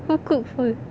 who cook for yo~